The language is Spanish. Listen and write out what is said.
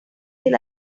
del